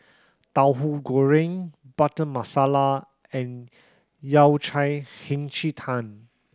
Tauhu Goreng Butter Masala and Yao Cai Hei Ji Tang